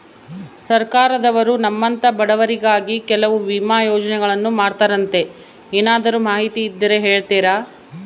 ಸರ್ಕಾರದವರು ನಮ್ಮಂಥ ಬಡವರಿಗಾಗಿ ಕೆಲವು ವಿಮಾ ಯೋಜನೆಗಳನ್ನ ಮಾಡ್ತಾರಂತೆ ಏನಾದರೂ ಮಾಹಿತಿ ಇದ್ದರೆ ಹೇಳ್ತೇರಾ?